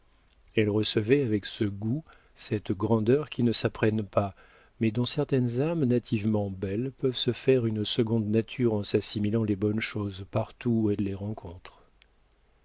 elle recevait avec ce goût cette grandeur qui ne s'apprennent pas mais dont certaines âmes nativement belles peuvent se faire une seconde nature en s'assimilant les bonnes choses partout où elles les rencontrent